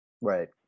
Right